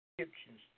Egyptians